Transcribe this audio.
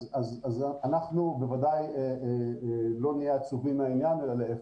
אנחנו בוודאי לא נהיה עצובים מהעניין אלא להיפך.